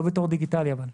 לא בתור דיגיטלי אבל.